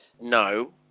no